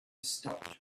stopped